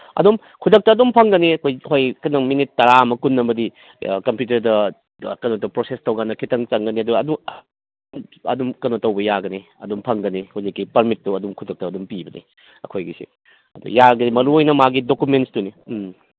ꯑꯗꯨꯝ ꯈꯨꯗꯛꯇ ꯑꯗꯨꯝ ꯐꯪꯒꯅꯤ ꯑꯩꯈꯣꯏ ꯀꯩꯅꯣ ꯃꯤꯅꯤꯠ ꯇꯔꯥ ꯑꯃ ꯀꯨꯟ ꯑꯃꯗꯤ ꯀꯄ꯭ꯋꯨꯇꯔꯗ ꯀꯩꯅꯣꯇꯧ ꯄꯔꯣꯁꯦꯁ ꯇꯧꯔꯀꯥꯟꯗ ꯈꯤꯇꯪ ꯆꯪꯒꯅꯤ ꯑꯗꯨꯒ ꯑꯗꯨ ꯑꯗꯨꯝ ꯀꯩꯅꯣ ꯇꯧꯕ ꯌꯥꯒꯅꯤ ꯑꯗꯨꯝ ꯐꯪꯒꯅꯤ ꯍꯧꯖꯤꯛꯀꯤ ꯄꯥꯔꯃꯤꯠꯇꯣ ꯑꯗꯨꯝ ꯈꯨꯗꯛꯇ ꯑꯗꯨꯝ ꯄꯤꯕꯅꯤ ꯑꯩꯈꯣꯏꯒꯤꯁꯤ ꯑꯗꯨ ꯌꯥꯔꯗꯤ ꯃꯔꯨ ꯑꯣꯏꯅ ꯃꯥꯒꯤ ꯗꯨꯀꯨꯃꯦꯟꯁꯇꯨꯅꯤ ꯎꯝ